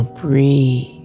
breathe